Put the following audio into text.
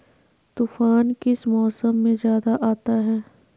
तूफ़ान किस मौसम में ज्यादा आता है?